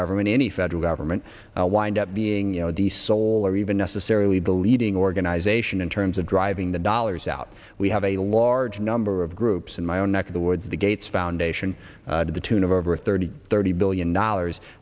government any federal government wind up being you know the sole or even necessarily believing organization in terms of driving the dollars out we have a large number of groups in my own neck of the woods the gates foundation to the tune of over thirty thirty billion dollars